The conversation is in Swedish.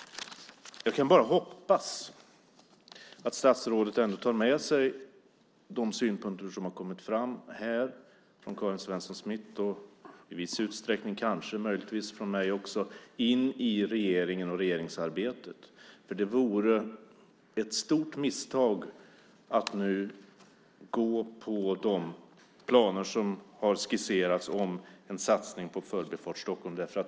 Jag kan bara hoppas att statsrådet tar med sig de synpunkter som har kommit fram här från Karin Svensson Smith och i viss utsträckning kanske möjligtvis från mig också in i regeringen och regeringsarbetet. Det vore ett stort misstag att nu följa de planer som har skisserats om en satsning på Förbifart Stockholm.